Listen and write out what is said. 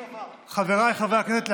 חבריי חברי הכנסת,